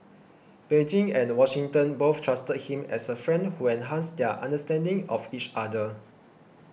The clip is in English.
Beijing and Washington both trusted him as a friend who enhanced their understanding of each other